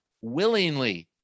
willingly